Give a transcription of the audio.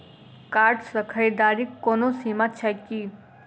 Card सँ खरीददारीक कोनो सीमा छैक की?